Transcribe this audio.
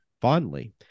Fondly